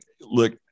look